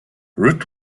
rudd